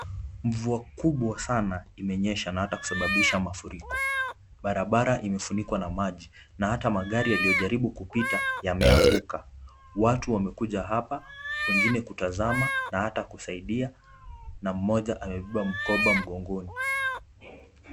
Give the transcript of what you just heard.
Mvua kubwa sana imenyesha na hata kusababisha mafuriko. Barabara imefunikwa na maji na hata magari yaliyojaribu kupita yameanguka. Watu wamekuja hapa, wengine kutazama na hata kusaidia na mmoja amebeba mkoba mgongoni.